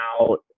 out